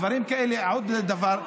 עוד דבר,